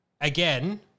Again